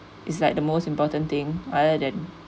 it's like the most important thing rather than